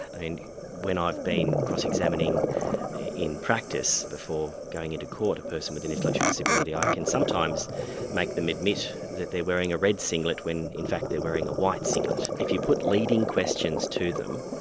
and when i've been cross-examining in practice before going into court, a person with an intellectual disability, i can sometimes make them admit that they're wearing a red singlet when in fact they're wearing a white singlet. if you put leading questions to them,